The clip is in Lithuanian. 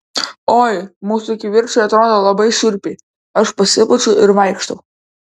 oi mūsų kivirčai atrodo labai šiurpiai aš pasipučiu ir vaikštau